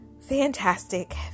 fantastic